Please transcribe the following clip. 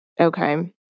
Okay